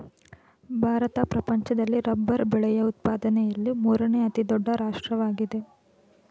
ಭಾರತ ಪ್ರಪಂಚದಲ್ಲಿ ರಬ್ಬರ್ ಬೆಳೆಯ ಉತ್ಪಾದನೆಯಲ್ಲಿ ಮೂರನೇ ಅತಿ ದೊಡ್ಡ ರಾಷ್ಟ್ರವಾಗಿದೆ